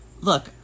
look